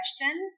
question